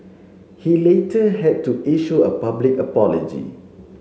he later had to issue a public apology